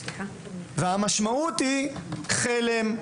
המשמעות היא חלם.